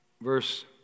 verse